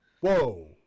Whoa